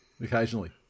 Occasionally